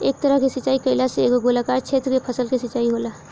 एह तरह के सिचाई कईला से एगो गोलाकार क्षेत्र के फसल के सिंचाई होला